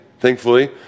thankfully